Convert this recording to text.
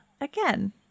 again